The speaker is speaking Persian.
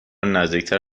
نزدیکتر